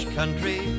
country